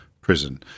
prison